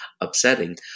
upsetting